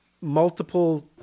multiple